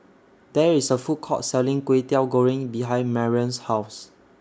There IS A Food Court Selling Kwetiau Goreng behind Marrion's House